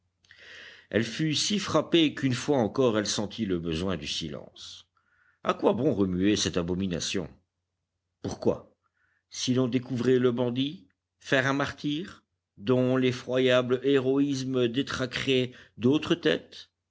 elle fut si frappée qu'une fois encore elle sentit le besoin du silence a quoi bon remuer cette abomination pourquoi si l'on découvrait le bandit faire un martyr dont l'effroyable héroïsme détraquerait d'autres têtes